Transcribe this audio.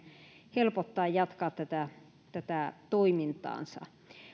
helpottaa jatkaa toimintaansa